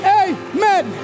amen